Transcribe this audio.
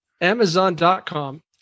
Amazon.com